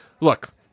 look